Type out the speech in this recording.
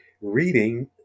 reading